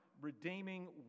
redeeming